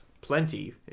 plenty